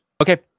Okay